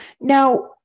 Now